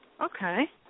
Okay